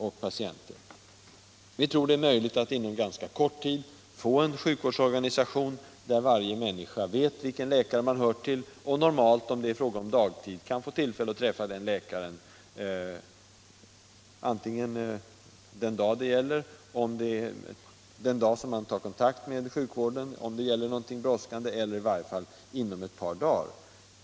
Vi tror att det är möjligt att inom ganska kort tid få en sjukvårdsorganisation där varje människa vet vilken läkare hon hör till och normalt —- om det är fråga om dagtid — kan få tillfälle att träffa sin läkare antingen den dag då kontakten med sjukvården tas, om det gäller någonting brådskande, eller i varje fall inom ett par dagar.